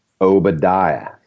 Obadiah